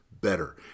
Better